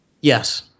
Yes